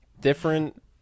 different